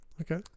okay